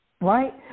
right